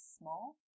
small